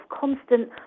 constant